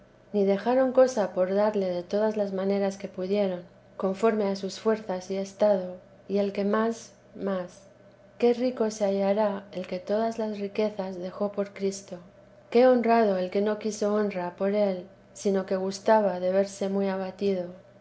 ni dejaron cosa por darle de todas las maneras que pudieron conforme a sus fuerzas y estado y el que más más qué rico se hallará el que todas las riquezas dejó por cristo qué honrado el que no quiso honra por él sino que gustaba de verse muy abatido